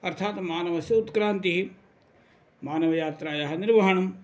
अर्थात् मानवस्य उत्क्रान्तिः मानवयात्रायाः निर्वहणं